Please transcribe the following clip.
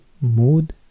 Mood